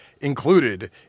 included